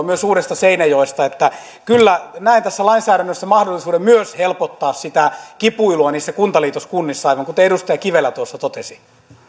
myös uudesta seinäjoesta löytyy kelaa verohallintoa eli kyllä näen tässä lainsäädännössä mahdollisuuden myös helpottaa sitä kipuilua niissä kuntaliitoskunnissa aivan kuten edustaja kivelä tuossa totesi sitten